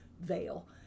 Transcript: veil